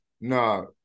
No